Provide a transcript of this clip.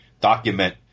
document